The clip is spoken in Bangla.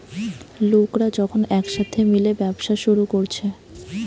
লোকরা যখন একসাথে মিলে ব্যবসা শুরু কোরছে